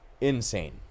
insane